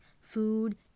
food